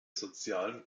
sozialen